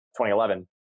2011